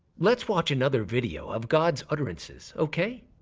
let's watch another video of god's utterances, okay?